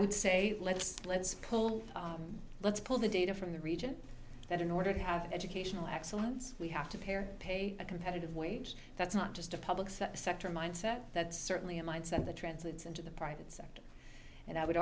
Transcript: would say let's let's pull let's pull the data from the region that in order to have educational excellence we have to pair pay a competitive wage that's not just a public sector mindset that's certainly a mindset of the translates into the private sector and i would